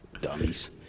Dummies